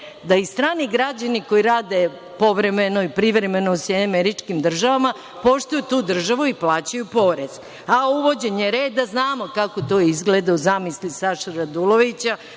da i strani građani koji rade povremeno i privremeno u SAD, poštuju tu državu i plaćaju porez. A, uvođenje reda, znamo kako to izgleda u zamisli Saše Radulovića,